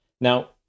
Now